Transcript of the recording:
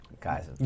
guys